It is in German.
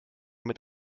mit